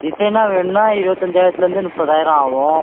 டிஸைனா வேணும்னா இருபத்தஞ்சாயிரத்துலேந்து முப்பதாயிரம் ஆகும்